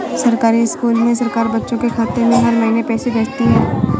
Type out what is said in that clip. सरकारी स्कूल में सरकार बच्चों के खाते में हर महीने पैसे भेजती है